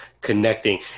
connecting